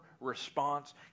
response